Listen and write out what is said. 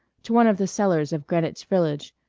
to one of the cellars of greenwich village,